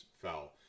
fell